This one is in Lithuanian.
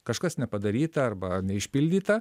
kažkas nepadaryta arba neišpildyta